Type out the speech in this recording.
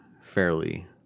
fairly